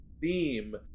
theme